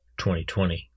2020